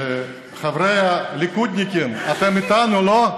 חבריי הליכודניקים, אתם איתנו, לא?